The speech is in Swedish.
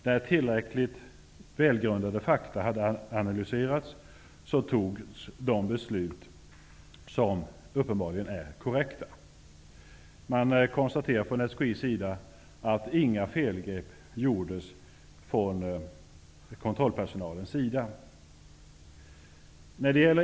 När tillräckligt välgrundade fakta hade analyserats fattades de beslut som uppenbarligen är korrekta. Man konstaterar från SKI:s sida att inga felgrepp gjordes från kontrollpersonalens sida.